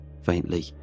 Faintly